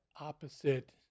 opposite